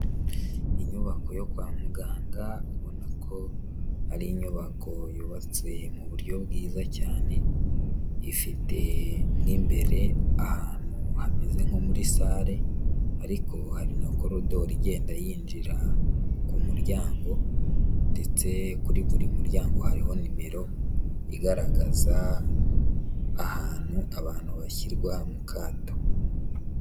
Inyubako yo kwa muganga ubona ko ari inyubako yubatse mu buryo bwiza cyane, ifite mo imbere ahantu hameze nko muri sale ariko hari na korodoro igenda yinjira ku muryango, ndetse kuri buri muryango hariho nimero igaragaza ahantu abantu bashyirwa mu kato.